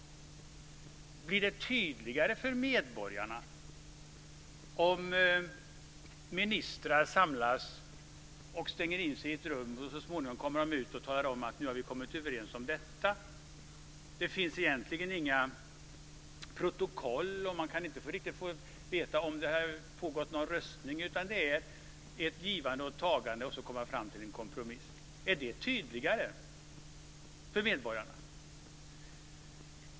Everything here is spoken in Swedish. Blir det tydligare för medborgarna om ministrar samlas och stänger in sig i ett rum för att så småningom komma ut och tala om att nu har vi kommit överens om detta. Det finns egentligen inga protokoll, och man kan inte riktigt få veta om det har pågått någon röstning, utan det är ett givande och tagande och så kommer man fram till en kompromiss. Är det tydligare för medborgarna?